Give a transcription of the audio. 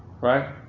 Right